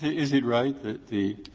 is it right that the